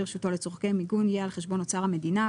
לצורכי לרשותו צורכי מיגון יהיה על חשבון אוצר המדינה.